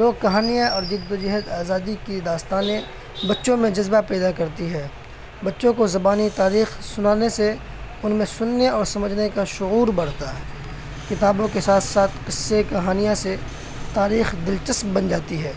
لوگ کہانیاں اور جگ وجہد آزادی کی داستانیں بچوں میں جذبہ پیدا کرتی ہے بچوں کو زبانی تاریخ سنانے سے ان میں سننے اور سمجھنے کا شعور بڑھتا ہے کتابوں کے ساتھ ساتھ قصے کہانیاں سے تاریخ دلچسپ بن جاتی ہے